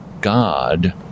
God